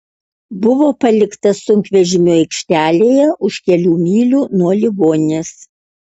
buvo paliktas sunkvežimių aikštelėje už kelių mylių nuo ligoninės